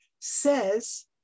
says